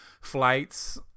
flights